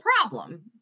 problem